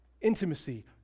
intimacy